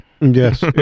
Yes